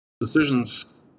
decisions